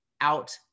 out